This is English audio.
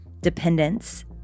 dependence